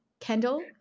Kendall